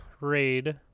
raid